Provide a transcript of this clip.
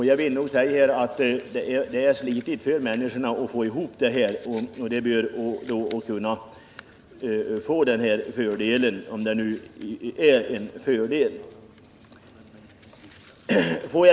Jag vill här säga att det är slitsamt för människorna att få ihop den skörd det är fråga om, och de bör då kunna få den här fördelen, om det nu är en fördel.